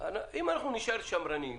אם אנחנו נישאר שמרנים,